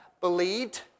believed